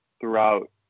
throughout